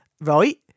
Right